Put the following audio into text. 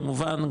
כמובן,